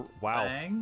Wow